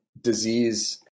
disease